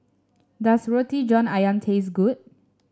does Roti John ayam taste good